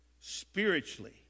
spiritually